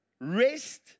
rest